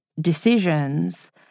decisions